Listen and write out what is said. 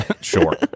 sure